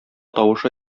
тавышы